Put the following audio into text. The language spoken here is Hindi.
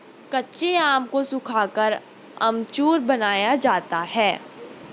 कच्चे आम को सुखाकर अमचूर बनाया जाता है